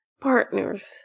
partners